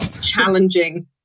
challenging